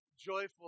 joyful